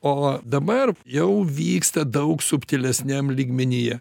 o dabar jau vyksta daug subtilesniam lygmenyje